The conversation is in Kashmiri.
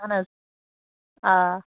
اَہَن حظ آ